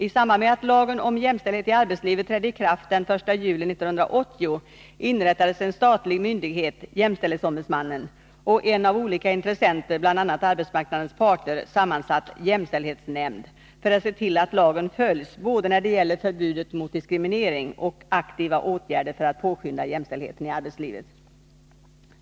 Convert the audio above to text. I samband med att lagen om jämställdhet i arbetslivet trädde i kraft den 1 juli 1980 inrättades en statlig myndighet, jämställdhetsombudsmannen, och en av olika intressenter, bl.a. arbetsmarknadens parter, sammansatt jämställdhetsnämnd. De skulle se till att lagen följs, både när det gäller förbud mot diskriminering och i fråga om aktiva åtgärder för att påskynda jämställdheten i arbetslivet.